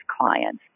clients